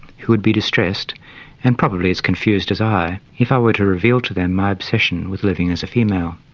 who would be distressed and probably as confused as i if i were to reveal to them my obsession with living as a female.